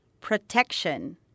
Protection